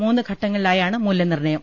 മൂന്ന് ഘട്ടങ്ങളിലായാണ് മൂല്യനിർണയം